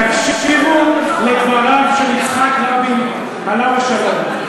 תקשיבו לדבריו של יצחק רבין, עליו השלום.